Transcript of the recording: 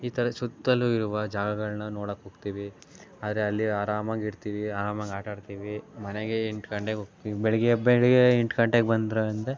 ಈ ಥರ ಸುತ್ತಲೂ ಇರುವ ಜಾಗಗಳನ್ನ ನೋಡೋಕೆ ಹೋಗ್ತೀವಿ ಆದರೆ ಅಲ್ಲಿ ಆರಾಮಾಗಿ ಇರ್ತೀವಿ ಆರಾಮಾಗಿ ಆಟ ಆಡ್ತೀವಿ ಮನೆಗೆ ಎಂಟು ಗಂಟೆಗೆ ಹೋಗ್ತೀವಿ ಬೆಳಿಗ್ಗೆ ಬೆಳಿಗ್ಗೆ ಎಂಟು ಗಂಟೆಗೆ ಬಂದರೆಂದ್ರೆ